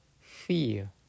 fear